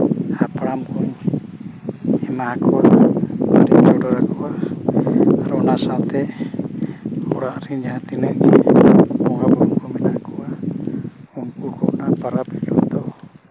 ᱦᱟᱯᱲᱟᱢ ᱠᱚ ᱮᱢᱟ ᱠᱚᱣᱟ ᱦᱟᱺᱰᱤ ᱪᱚᱰᱚᱨ ᱟᱠᱚᱣᱟ ᱟᱨ ᱚᱱᱟ ᱥᱟᱶᱛᱮ ᱚᱲᱟᱜ ᱨᱮ ᱡᱟᱦᱟᱸ ᱛᱤᱱᱟᱹᱜ ᱜᱮ ᱵᱚᱸᱜᱟᱼᱵᱩᱨᱩ ᱠᱚ ᱢᱮᱱᱟᱜ ᱠᱚᱣᱟ ᱩᱱᱠᱩ ᱫᱚ ᱯᱚᱨᱚᱵᱽ ᱦᱤᱞᱳᱜ ᱫᱚ